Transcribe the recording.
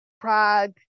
Prague